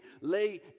lay